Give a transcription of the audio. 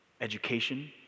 education